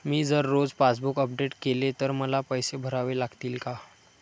मी जर रोज passbook update केले तर मला पैसे भरावे लागतील का?